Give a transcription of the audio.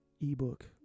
ebook